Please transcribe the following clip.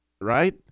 right